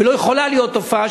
ולא יכולה להיות תופעה,